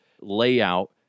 layout